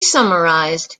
summarized